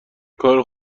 کار